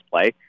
play